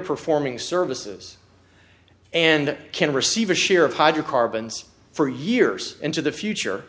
performing services and can receive a share of hydrocarbons for years into the future